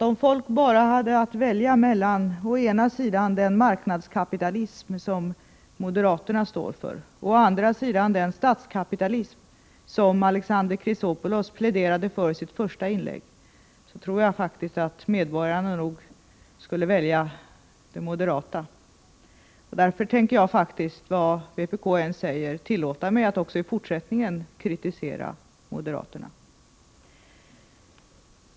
Om folk bara hade att välja mellan å ena sidan den marknadskapitalism som moderaterna står för och å andra sidan den statskapitalism som Alexander Chrisopoulos pläderade för i sitt första inlägg, tror jag att medborgarna skulle välja den moderata modellen. Därför tänker jag, vad vpk än säger, tillåta mig att också i fortsättningen kritisera moderaterna.